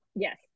Yes